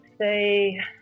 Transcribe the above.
say